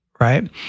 right